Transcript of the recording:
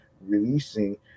releasing